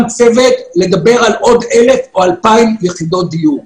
צוות לדבר על עוד אלף או אלפיים יחידות דיור.